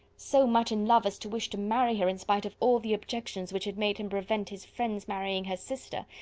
so much in love as to wish to marry her in spite of all the objections which had made him prevent his friend's marrying her sister,